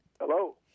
Hello